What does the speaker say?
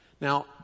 Now